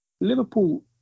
Liverpool